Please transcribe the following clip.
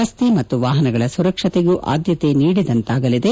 ರಸ್ತೆ ಮತ್ತು ವಾಹನಗಳ ಸರಕ್ಷತಗೂ ಆದ್ಯತೆ ನೀಡಿದಂತಾಗಲಿದೆ